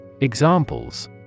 Examples